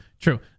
true